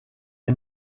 est